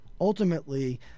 ultimately